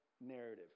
narrative